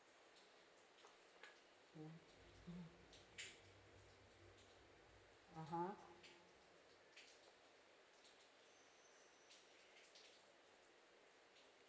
mm a'ah